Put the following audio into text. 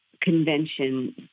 convention